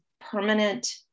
permanent